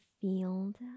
field